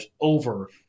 over